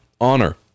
honor